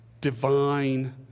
divine